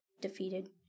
defeated